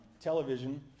television